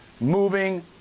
moving